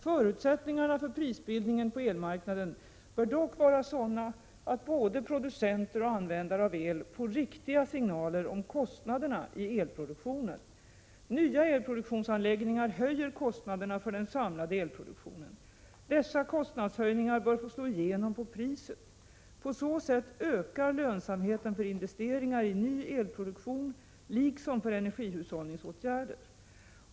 Förutsättningarna för prisbildningen på elmarknaden bör dock vara sådana att både producenter och användare av el får riktiga signaler om kostnaderna i elproduktionen. Nya elproduktionsanläggningar höjer kostnaderna för den samlade elproduktionen. Dessa kostnadshöjningar bör få slå igenom på priset. På så sätt ökar lönsamheten för investeringar i ny elproduktion, liksom för energihushållningsåtgärder.